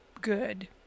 good